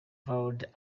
valued